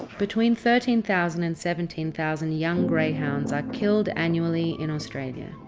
between thirteen thousand and seventeen thousand young greyhounds are killed annually in australia.